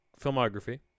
filmography